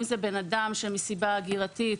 אם זה בן אדם שמסיבה הגירתית,